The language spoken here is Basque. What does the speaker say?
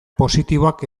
positiboak